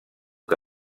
que